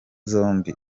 zombi